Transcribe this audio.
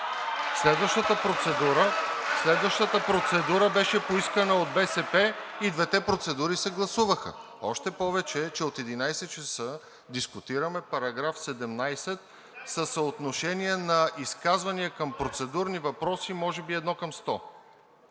Следващата процедура беше поискана от БСП и двете процедури се гласуваха. Още повече, че от 11,00 ч. дискутираме § 17 със съотношение на изказвания към процедурни въпроси може би 1 към 100.